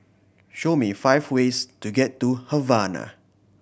show me five ways to get to Havana